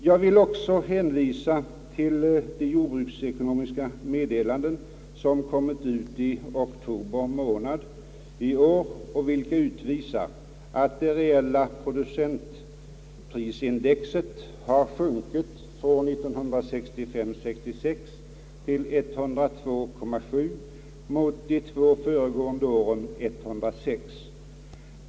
Jag vill också hänvisa till Jordbruksekonomiska Meddelanden för oktober i år, som utvisar att det reella producentprisindexet sjunkit till för år 1965/ 66 102,7 mot de två föregående åren 106 procent.